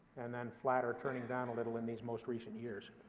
and then flat or turning down a little in these most recent years.